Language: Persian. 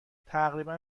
تقریبا